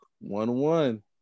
one-one